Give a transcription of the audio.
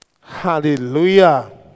Hallelujah